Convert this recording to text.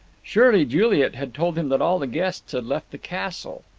surely juliet had told him that all the guests had left the castle.